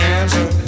answer